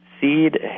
seed